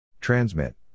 Transmit